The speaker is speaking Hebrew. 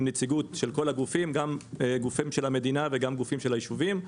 עם נציגות של כל הגופים גם גופים של המדינה וגם גופים של היישובים.